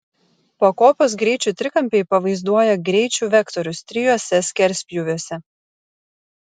pakopos greičių trikampiai pavaizduoja greičių vektorius trijuose skerspjūviuose